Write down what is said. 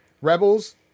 Rebels